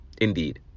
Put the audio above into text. Indeed